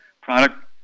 product